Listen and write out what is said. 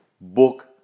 book